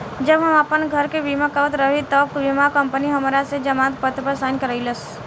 जब हम आपन घर के बीमा करावत रही तब बीमा कंपनी हमरा से जमानत पत्र पर साइन करइलस